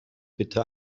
bitte